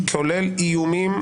כולל איומים.